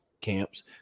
camps